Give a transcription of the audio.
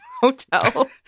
hotel